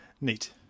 Neat